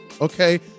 Okay